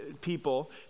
people